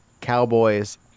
Cowboys